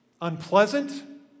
unpleasant